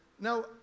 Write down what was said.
now